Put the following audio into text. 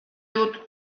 dut